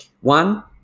One